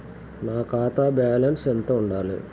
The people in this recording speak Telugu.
నా ఖాతా బ్యాలెన్స్ ఎంత ఉండాలి?